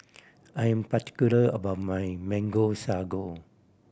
I am particular about my Mango Sago